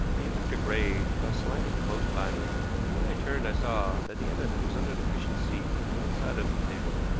the electric ray fell slanting close by me, and when i turned i saw that the end of it was under the cushioned seat on one side of the table.